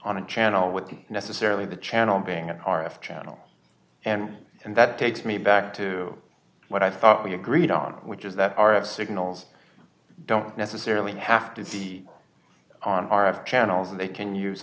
on a channel with necessarily the channel being at r f channel and and that takes me back to what i thought we agreed on which is that our out signals don't necessarily have to be on our channels and they can use